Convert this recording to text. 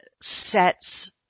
sets